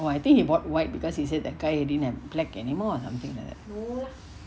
oh I think he bought white because he said that guy didn't have black anymore something like that